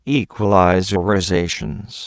equalizerizations